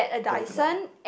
them to like